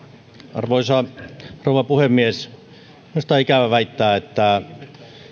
arvoisa rouva puhemies minusta on ikävä väittää että